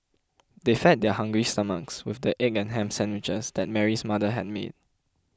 they fed their hungry stomachs with the egg and ham sandwiches that Mary's mother had made